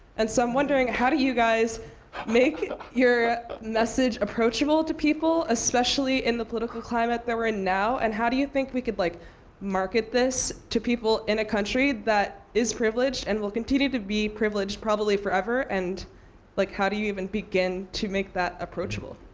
and so i'm wondering, how do you guys make your message approachable to people, especially in the political climate that we're in now? and how do you think we could like market this to people in a country that is privileged and will continue to be privileged probably forever? and like how do you even begin to make that approachable?